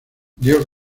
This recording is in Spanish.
dio